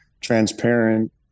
transparent